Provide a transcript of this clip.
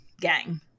gang